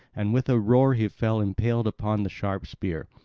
and with a roar he fell impaled upon the sharp spear.